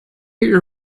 your